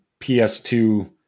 PS2